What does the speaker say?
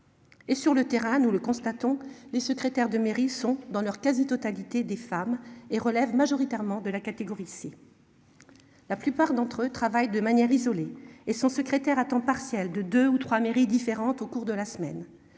Et sur le terrain nous le constatons les secrétaires de mairie sont dans leur quasi-totalité des femmes et relèvent majoritairement de la catégorie C. La plupart d'entre eux travaillent de manière isolée et son secrétaire à temps partiel de 2 ou 3 mairies différentes au cours de la semaine